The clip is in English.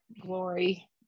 glory